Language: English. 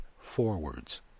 forwards